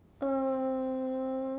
uh